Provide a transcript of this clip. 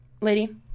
lady